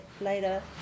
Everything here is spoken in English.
later